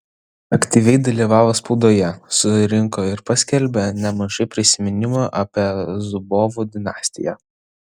aktyviai dalyvavo spaudoje surinko ir paskelbė nemažai prisiminimų apie zubovų dinastiją